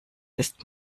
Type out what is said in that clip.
ist